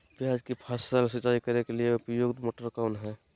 प्याज की फसल सिंचाई के लिए उपयुक्त मोटर कौन है?